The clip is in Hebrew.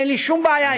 אין לי שום בעיה עם זה.